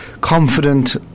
confident